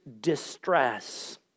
distress